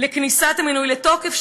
לכניסת המינוי לתוקף,